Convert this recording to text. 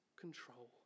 control